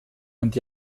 und